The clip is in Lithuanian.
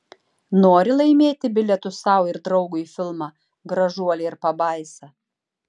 nori laimėti bilietus sau ir draugui į filmą gražuolė ir pabaisa